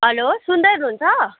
hello सुन्दै हुनु हुन्छ